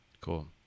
Cool